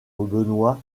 benoist